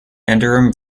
anderem